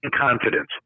confidence